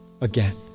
again